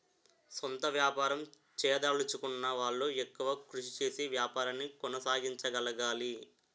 సొంత వ్యాపారం చేయదలచుకున్న వాళ్లు ఎక్కువ కృషి చేసి వ్యాపారాన్ని కొనసాగించగలగాలి